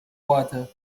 water